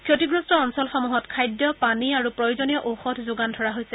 ক্ষতিগ্ৰস্ত অঞ্চলসমূহত খাদ্য পানী আৰু প্ৰয়োজনীয় ঔষধ যোগান ধৰা হৈছে